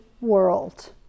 world